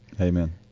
amen